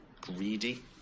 Greedy